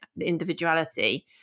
individuality